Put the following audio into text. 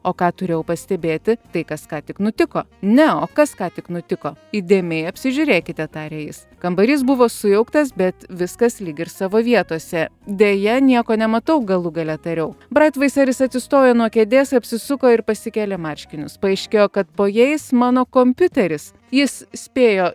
o ką turėjau pastebėti tai kas ką tik nutiko ne o kas ką tik nutiko įdėmiai apsižiūrėkite tarė jis kambarys buvo sujauktas bet viskas lyg ir savo vietose deja nieko nematau galų gale tariau braitvaiseris atsistojo nuo kėdės apsisuko ir pasikėlė marškinius paaiškėjo kad po jais mano kompiuteris jis spėjo